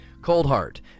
Coldheart